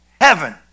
heaven